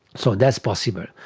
so that's possible.